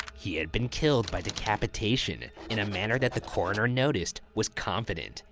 he had been killed by decapitation. in a manner that the coroner noticed was confident,